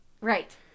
Right